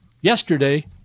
yesterday